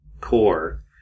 Core